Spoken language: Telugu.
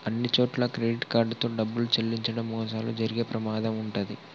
అన్నిచోట్లా క్రెడిట్ కార్డ్ తో డబ్బులు చెల్లించడం మోసాలు జరిగే ప్రమాదం వుంటది